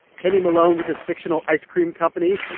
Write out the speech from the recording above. kenny malone with his fictional ice cream company.